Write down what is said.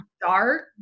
dark